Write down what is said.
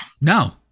No